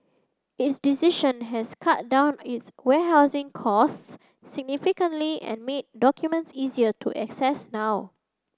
its decision has cut down its warehousing costs significantly and made documents easier to access now